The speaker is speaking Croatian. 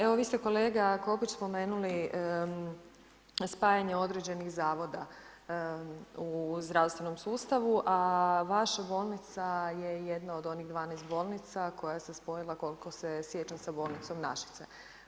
Evo vi ste kolega Kopić, spomenuli spajanje određenih zavoda u zdravstvenom sustavu a vaša bolnica je jedna od onih 12 bolnica koja se spojila koliko se sjećam, sa bolnicom Našice.